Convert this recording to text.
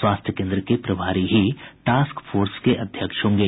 स्वास्थ्य केन्द्र के प्रभारी ही टास्क फोर्स के अध्यक्ष होंगे